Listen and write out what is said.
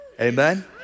Amen